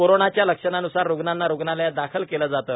कोरोनाच्या लक्षणांन्सार रुग्णांना रुग्णालयात दाखल केले जाते